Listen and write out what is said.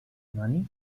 money